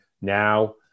now